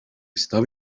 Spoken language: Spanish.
estaba